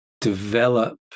develop